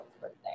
birthday